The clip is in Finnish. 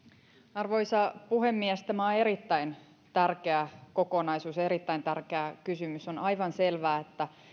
arvoisa puhemies tämä on erittäin tärkeä kokonaisuus ja erittäin tärkeä kysymys on aivan selvää että